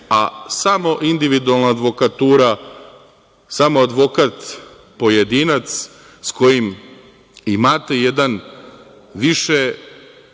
a samo individualna advokatura, samo advokat pojedinac s kojim imate jedan više